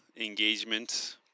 engagement